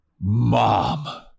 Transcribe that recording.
Mom